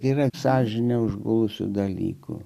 yra sąžinę užgulusiu dalykų